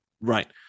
Right